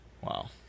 wow